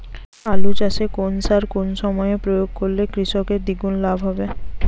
আলু চাষে কোন সার কোন সময়ে প্রয়োগ করলে কৃষকের দ্বিগুণ লাভ হবে?